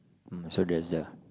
um so that's that ah